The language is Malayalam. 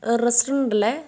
റെസ്റ്റോറന്റല്ലേ